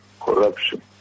corruption